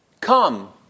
Come